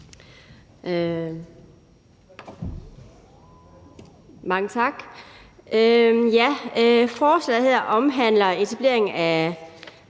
Mange tak. Forslaget her omhandler etablering af